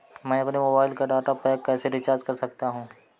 मैं अपने मोबाइल का डाटा पैक कैसे रीचार्ज कर सकता हूँ?